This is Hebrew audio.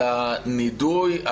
לגבי הנידוי,